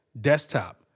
desktop